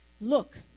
look